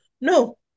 No